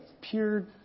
pure